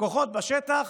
הכוחות בשטח.